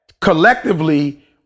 collectively